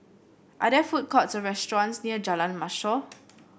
are there food courts or restaurants near Jalan Mashor